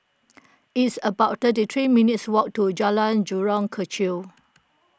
it's about thirty three minutes' walk to Jalan Jurong Kechil